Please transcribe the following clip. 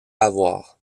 avoir